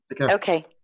Okay